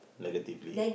negatively